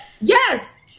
Yes